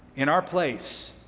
in our place,